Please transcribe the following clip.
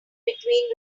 between